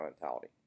mentality